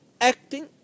Acting